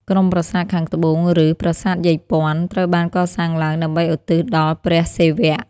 ក្រុមប្រាសាទខាងត្បូង ឬប្រាសាទយាយព័ន្ធ ត្រូវបានកសាងឡើងដើម្បីឧទ្ទិសដល់ព្រះសិវៈ។